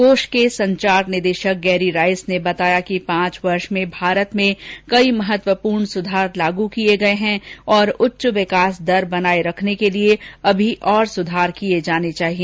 कोष के संचार निदेशक गैरी राइस ने बताया कि पांच वर्ष में भारत में कई महत्वपूर्ण सुधार लागू किये गये है और उच्च विकास दर बनाये रखने के लिए अभी और सुधार किये जाने चाहिए